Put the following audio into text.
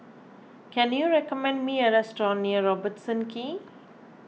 can you recommend me a restaurant near Robertson Quay